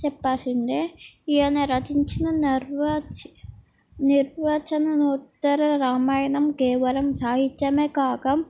చెప్పాల్సిందే ఈయన రచించిన నిర్వచించిన ఉత్తర రామాయణం కేవలం సాహిత్యమే కాక